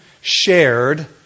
shared